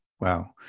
Wow